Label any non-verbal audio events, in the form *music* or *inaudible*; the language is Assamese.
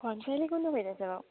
*unintelligible*